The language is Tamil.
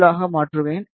347 ஆக மாற்றுவேன்